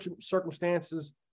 circumstances